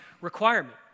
requirement